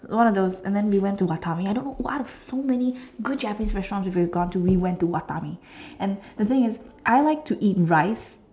one of those and then we went to Watami I don't know why out of all the good Japanese restaurants we could have gone to we went to Watami and the thing is I like to eat rice